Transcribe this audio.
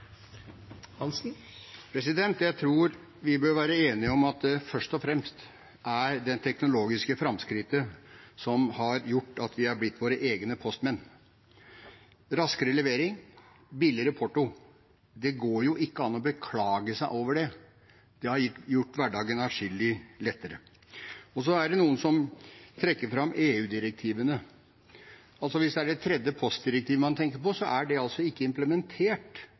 det teknologiske framskrittet som har gjort at vi har blitt våre egne postmenn. Raskere levering, billigere porto – det går jo ikke an å beklage seg over det. Det har gjort hverdagen atskillig lettere. Noen trekker fram EU-direktivene. Hvis det er det tredje postdirektivet man tenker på, er det ikke implementert